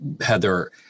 Heather